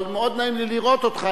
אבל מאוד נעים לי לראות אותך.